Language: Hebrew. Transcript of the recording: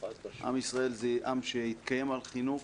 עם ישראל זה עם שהתקיים על חינוך